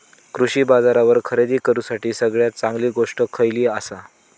कृषी बाजारावर खरेदी करूसाठी सगळ्यात चांगली गोष्ट खैयली आसा?